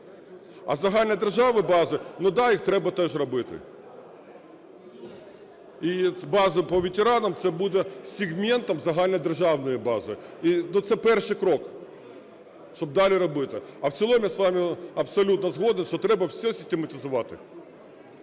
А загальнодержавна база, да, їх теж треба робити. І база по ветеранам це буде сегментом загальнодержавної бази, це перший крок, щоб далі робити. А в цілому я з вами абсолютно згоден, що треба все систематизувати.